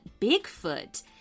Bigfoot